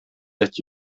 that